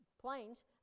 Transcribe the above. planes